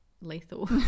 lethal